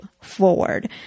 forward